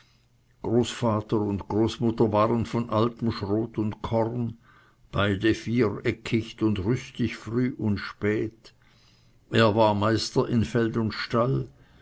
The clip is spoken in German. großvater und großmutter waren von altem schrot und korn beide viereckicht und rüstig früh und spät er war meister in feld und stall